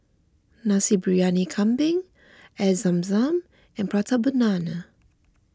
Nasi Briyani Kambing Air Zam Zam and Prata Banana